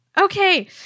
Okay